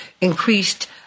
increased